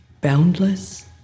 boundless